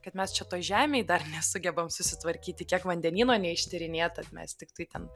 kad mes čia toj žemėj dar nesugebam susitvarkyti kiek vandenyno neištyrinėta mes tiktai ten